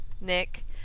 Nick